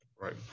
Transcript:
right